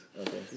Okay